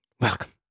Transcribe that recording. welcome